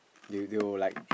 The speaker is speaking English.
do you go like